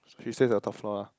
she stays the third floor ah